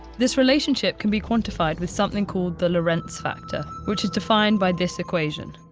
this relationship can be quantified with something called the lorentz factor, which is defined by this equation.